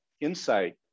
insight